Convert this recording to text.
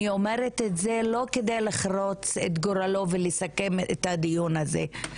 אני אומרת את זה לא כדי לחרוץ את גורלו ולסכם את הדיון הזה.